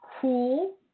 cool